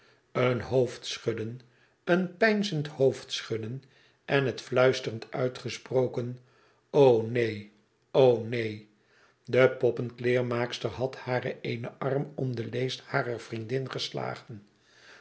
een hoofdschudden een peinzend hoofdschudden en het fluisterend uitgesproken oneen oneen de poppenkleermaakster had haar eenen arm om de leest harer vriendin geslagen